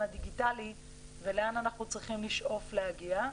הדיגיטלי ולאן אנחנו צריכים לשאוף להגיע.